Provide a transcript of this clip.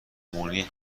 مونیخ